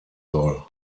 soll